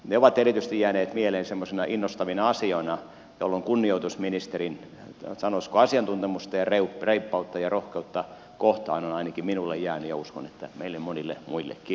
ne ovat erityisesti jääneet mieleen semmoisina innostavina asioina jolloin kunnioitus ministerin sanoisiko asiantuntemusta ja reippautta ja rohkeutta kohtaan on ainakin minulle jäänyt ja uskon että meille monille muillekin